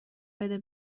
بده